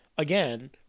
Again